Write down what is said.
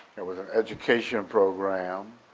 there was an education program,